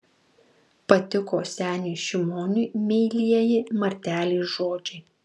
patiko seniui šimoniui meilieji martelės žodžiai